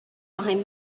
behind